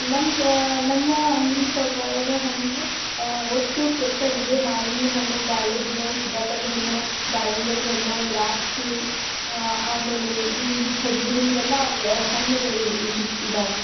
ನಮ್ಗೆ ನಮ್ಮ ಅಂಗಡಿ ಶಾಪ್ ಒಳಗೆ ಹಣ್ಣು ಅಷ್ಟೂ ಫ್ರೆಶ್ ಆಗಿದೆ ಮಾವಿನಹಣ್ಣು ಬಾಳೆಹಣ್ಣು ಸೀತಾಫಲ ಹಣ್ಣು ದಾಳಂಬೆ ಹಣ್ಣು ದ್ರಾಕ್ಷಿ ಆಮೇಲೆ ಕಜೂರಿ ಹೀಗೆಲ್ಲ ಅವು ಹಣ್ಣುಗಳಿವೆ ಇದ್ದಾವೆ